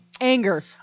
Anger